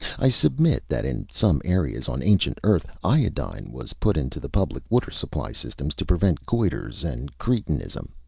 i submit that in some areas on ancient earth, iodine was put into the public water-supply systems to prevent goiters and cretinism.